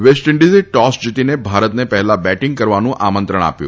waste ઈન્ડિઝે toss જીતીને ભારતને પહેલા બેટીંગ કરવાનું આમંત્રણ આપ્યું